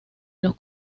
los